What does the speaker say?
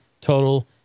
total